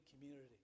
community